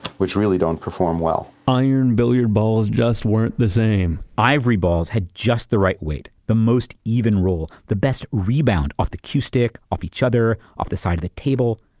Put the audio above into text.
which really don't perform well iron billiard balls just weren't the same ivory balls had just the right weight, the most even roll, the best rebound off the cue stick, off each other, off the side of the table.